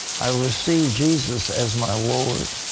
i receive jesus as my lord.